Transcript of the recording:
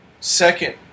second